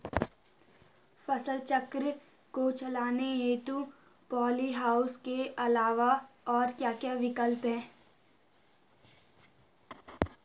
फसल चक्र को चलाने हेतु पॉली हाउस के अलावा और क्या क्या विकल्प हैं?